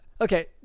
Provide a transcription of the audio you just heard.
okay